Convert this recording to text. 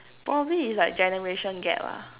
probably is like generation gap lah